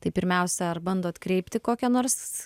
tai pirmiausia ar bandot kreipti kokia nors